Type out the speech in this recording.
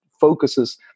focuses